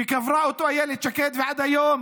שקברה אותו אילת שקד, ועד היום